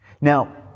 Now